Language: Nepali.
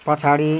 पछाडि